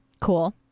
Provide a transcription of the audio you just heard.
Cool